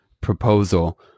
proposal